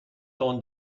ton